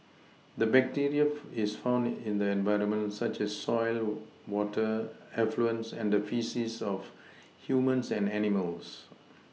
the bacteria is found in the environment such as soil water effluents and the faeces of humans and animals